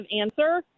answer